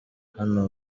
hano